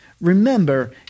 Remember